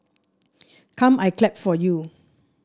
come I clap for you